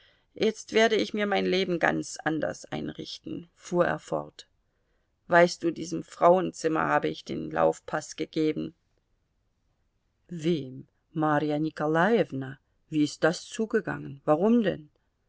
jetzt werde ich mir mein leben ganz anders einrichten fuhr er fort weißt du diesem frauenzimmer habe ich den laufpaß gegeben wem marja nikolajewna wie ist das zugegangen warum denn